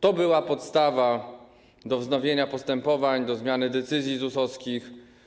To była podstawa do wznowienia postepowań, do zmiany decyzji ZUS-owskich.